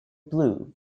blue